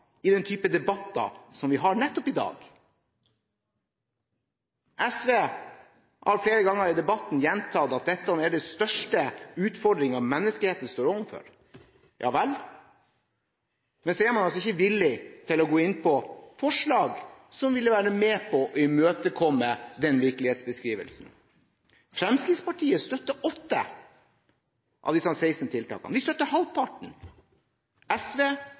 nettopp den typen debatter vi har i dag. SV har flere ganger i debatten gjentatt at dette er den største utfordringen menneskeheten står overfor. Ja vel, men man er ikke villig til å gå inn på forslag som ville være med på å imøtekomme den virkelighetsbeskrivelsen. Fremskrittspartiet støtter åtte av disse 16 tiltakene. Vi støtter halvparten. SV,